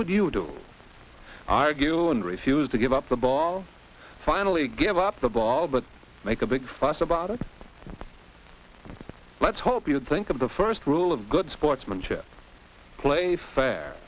would you do argue and refuse to give up the ball finally give up the ball but make a big fuss about it let's hope you think of the first rule of good sportsmanship play fair